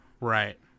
Right